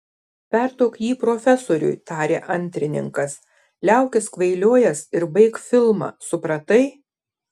perduok jį profesoriui tarė antrininkas liaukis kvailiojęs ir baik filmą supratai